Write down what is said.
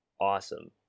awesome